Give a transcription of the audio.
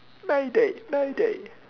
mayday mayday